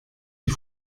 die